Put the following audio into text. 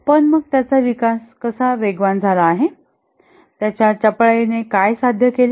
पण मग त्याचा विकास कसा वेगवान झाला आहे त्याच्या चपळाईने काय साध्य केले